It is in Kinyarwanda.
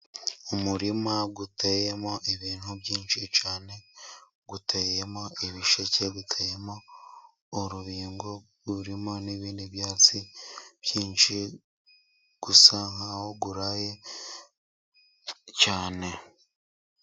Umurima uteyemo ibintu byinshi cyane. Uteyemo ibisheke, uteyemo urubingo, urimo n'ibindi byatsi byinshi. Usa nk'aho uraye cyane.